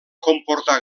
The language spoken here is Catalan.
comportar